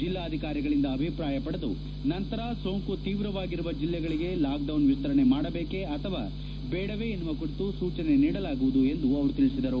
ಜಿಲ್ಲಾಧಿಕಾರಿಗಳಿಂದ ಅಭಿಪ್ರಾಯ ಪಡೆದು ನಂತರ ಸೋಂಕು ತೀವ್ರವಾಗಿರುವ ಜಿಲ್ಲೆಗಳಿಗೆ ಲಾಕ್ ಡೌನ್ ವಿಸ್ತರಣೆ ಮಾಡಬೇಕೇ ಅಥವಾ ದೇಡವೆ ಎನ್ನುವ ಕುರಿತು ಸೂಚನೆ ಕೊಡಲಾಗುವುದು ಎಂದು ತಿಳಿಸಿದರು